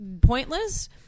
pointless